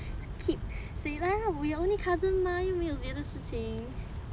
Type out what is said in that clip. keep say lah we only cousin mah 又没有别的事情